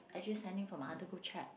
actually sending from other group chat